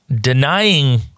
denying